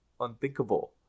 unthinkable